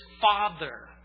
Father